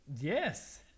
Yes